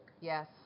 Yes